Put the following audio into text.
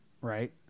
right